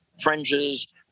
fringes